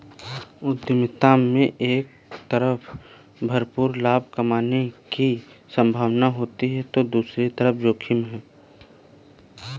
उद्यमिता में एक तरफ भरपूर लाभ कमाने की सम्भावना होती है तो दूसरी तरफ जोखिम